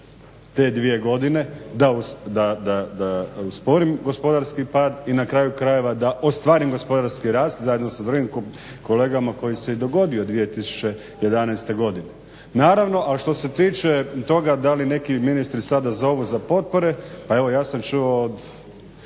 te dvije godine da usporim gospodarski pad i na kraju krajeva da ostvarim gospodarski rast zajedno sa drugim kolegama koji se dogodio 2011. godine. Naravno al što se tiče toga da li neki ministri sada zovu za potpore. Evo ja sam čuo od